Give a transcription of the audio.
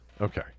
Okay